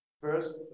First